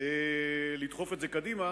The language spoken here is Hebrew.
לדחוף את זה קדימה,